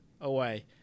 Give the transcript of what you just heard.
away